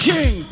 King